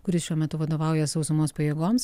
kuris šiuo metu vadovauja sausumos pajėgoms